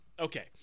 Okay